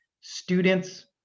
students